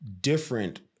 different